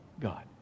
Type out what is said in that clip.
God